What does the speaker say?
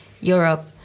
Europe